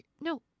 no